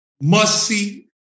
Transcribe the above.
must-see